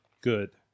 good